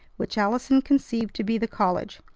which allison conceived to be the college.